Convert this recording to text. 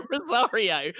Rosario